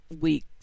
week